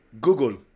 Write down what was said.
Google